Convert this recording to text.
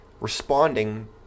responding